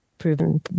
proven